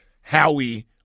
Howie